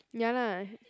ya lah